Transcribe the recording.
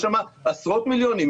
יש שמה עשרות מיליונים,